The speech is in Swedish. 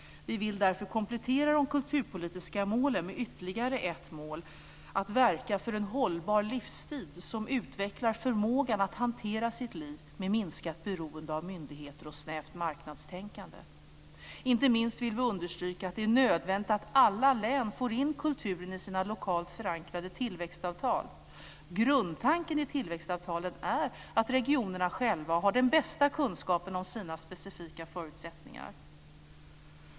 Vi vill därför komplettera de kulturpolitiska målen med ytterligare ett mål, nämligen att verka för en hållbar livsstil som utvecklar förmågan att hantera sitt liv med minskat beroende av myndigheter och snävt marknadstänkande. Inte minst vill vi understryka att det är nödvändigt att alla län får in kulturen i sina lokalt förankrade tillväxtavtal. Grundtanken i tillväxtavtalen är att regionerna själva har den bästa kunskapen om sina specifika förutsättningar.